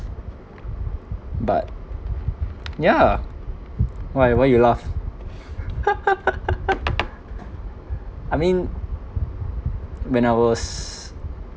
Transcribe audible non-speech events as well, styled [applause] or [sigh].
[noise] but yeah why why you laugh [laughs] I mean [noise] when I was